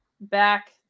back